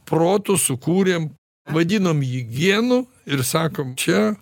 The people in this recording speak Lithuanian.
protu sukūrėm vadinam jį genu ir sakom čia